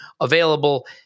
available